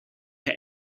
herr